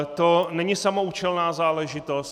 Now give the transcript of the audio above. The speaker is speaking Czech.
To není samoúčelná záležitost.